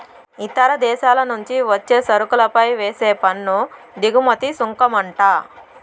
ఇతర దేశాల నుంచి వచ్చే సరుకులపై వేసే పన్ను దిగుమతి సుంకమంట